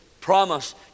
promise